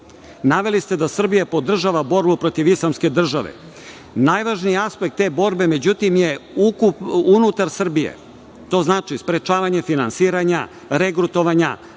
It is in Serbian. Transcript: Naveli ste da Srbija podržava borbu protiv islamske države. Najvažniji aspekt te borbe, međutim, je unutar Srbije. To znači sprečavanje finansiranja, regrutovanja,